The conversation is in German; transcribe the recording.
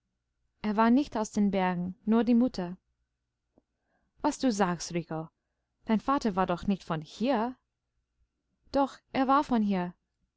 er war nicht aus den bergen nur die mutter was du sagst rico dein vater war doch nicht von hier doch er war von hier